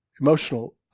emotional